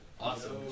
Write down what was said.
Awesome